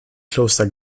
kloster